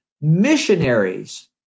missionaries